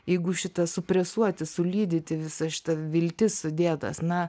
jeigu šitą supresuoti sulydyti visą šitą viltis sudėtas na